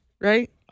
Right